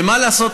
שמה לעשות,